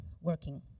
working